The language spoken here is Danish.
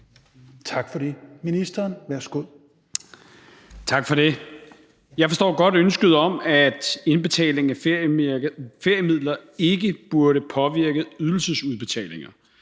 (Peter Hummelgaard): Tak for det. Jeg forstår godt ønsket om, at indbetaling af feriemidler ikke burde påvirke ydelsesudbetalinger,